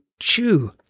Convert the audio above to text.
Chew